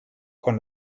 con